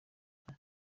ngira